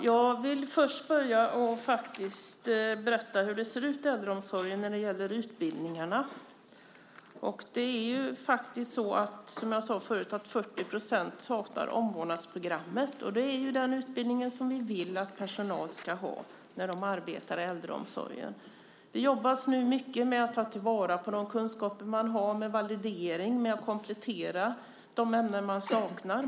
Herr talman! Jag vill börja med att berätta hur det ser ut i äldreomsorgen när det gäller utbildningarna. Som jag sade förut är det 40 % som inte har gått omvårdnadsprogrammet. Och det är den utbildning som vi vill att den personal som jobbar inom äldreomsorgen ska ha. Det jobbas nu mycket med att ta till vara de kunskaper som man har. Det handlar om validering och komplettering av ämnen som saknas.